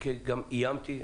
כפי שאיימתי,